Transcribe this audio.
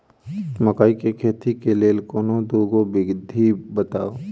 मकई केँ खेती केँ लेल कोनो दुगो विधि बताऊ?